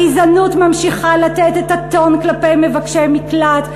הגזענות ממשיכה לתת את הטון כלפי מבקשי מקלט,